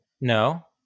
No